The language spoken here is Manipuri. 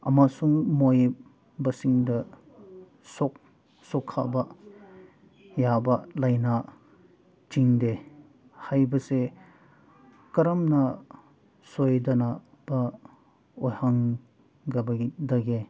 ꯑꯃꯁꯨꯡ ꯂꯣꯏꯔꯤꯕꯁꯤꯡꯗ ꯁꯣꯛꯍꯟꯕ ꯌꯥꯕ ꯂꯥꯏꯅꯥ ꯆꯤꯡꯗꯦ ꯍꯥꯏꯕꯁꯦ ꯀꯔꯝꯅ ꯁꯣꯏꯗꯅꯕ ꯑꯣꯏꯍꯟꯒ ꯗꯒꯦ